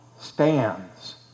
stands